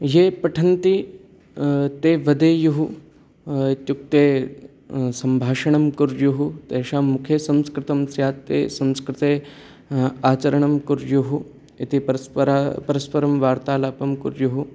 ये पठन्ति ते वदेयुः इत्युक्ते सम्भाषणं कुर्युः तेषां मुखे संस्कृतं स्यात् ते संस्कृते आचरणं कुर्युः इति परस्परं वार्तालापं कुर्युः